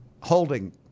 holding